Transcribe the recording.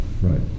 right